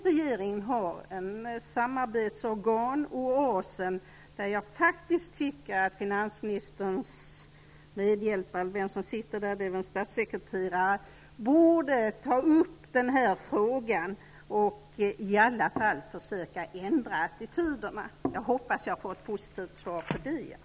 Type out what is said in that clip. Regeringen har ett samarbetsorgan, Oasen, där jag tycker att finansministerns medhjälpare -- det är väl en statssekreterare -- borde ta upp den här frågan och i alla fall försöka ändra attityderna. Jag hoppas att jag får ett positivt svar på det.